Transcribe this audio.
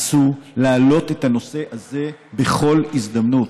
עשו להעלות את הנושא הזה בכל הזדמנות,